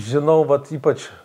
žinau vat ypač